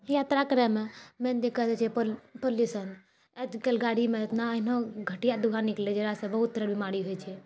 यात्रा करैमे मेन दिक्कत होइ छै पाल्युशन आजकल गाड़ीमे एतना एहनऽ घटिआ धुआँ निकलै छै जकरासँ बहुत तरहके बीमारी होइ छै